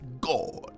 God